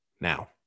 now